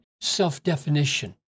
self-definition